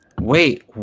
Wait